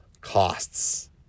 costs